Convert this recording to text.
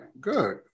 good